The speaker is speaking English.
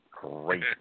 great